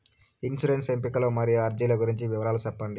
insurance ఎంపికలు మరియు అర్జీల గురించి వివరాలు సెప్పండి